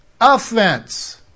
Offense